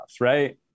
Right